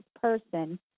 person